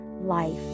life